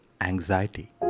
anxiety